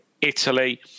Italy